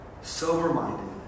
sober-minded